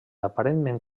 aparentment